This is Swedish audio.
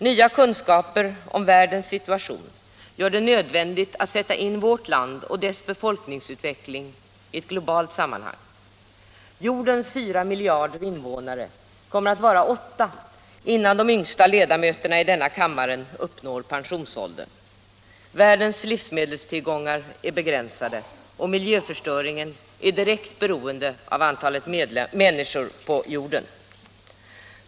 Nya kunskaper om världens situation gör det nödvändigt att sätta in vårt land och dess befolkningsutveckling i ett globalt sammanhang. Jordens 4 miljarder invånare kommer att vara 8 miljarder innan de yngsta ledamöterna i denna kammare uppnår pensionsåldern. Världens livsmedelstillgångar är begränsade och miljöförstöringen är direkt beroende av antalet människor på jorden.